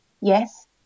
Yes